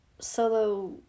solo